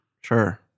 Sure